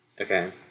Okay